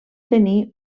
tenir